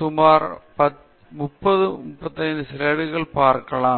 நீங்கள் 30 35 ஸ்லைடுகளை பார்க்கலாம்